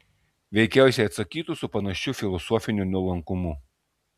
veikiausiai atsakytų su panašiu filosofiniu nuolankumu